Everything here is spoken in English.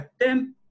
attempt